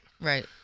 Right